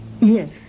Yes